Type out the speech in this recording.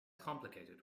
complicated